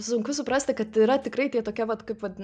sunku suprasti kad yra tikrai tie tokie vat kaip vat